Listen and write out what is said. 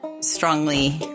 strongly